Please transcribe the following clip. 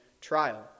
trial